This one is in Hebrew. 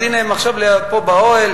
אז הנה הם עכשיו פה באוהל,